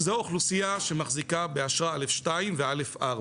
זו האוכלוסייה שמחזיקה באשרה א.2 ו-א.4.